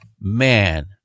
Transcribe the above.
man